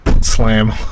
slam